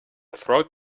throat